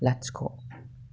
लाथिख'